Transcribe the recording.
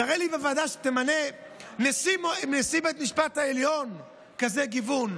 תראה לי בוועדה שתמנה את נשיא בית המשפט העליון כזה גיוון.